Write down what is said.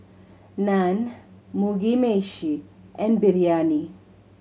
Naan Mugi Meshi and Biryani